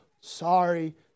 sorry